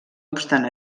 obstant